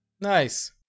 Nice